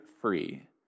free